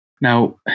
Now